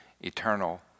eternal